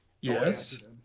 Yes